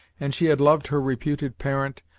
and she had loved her reputed parent,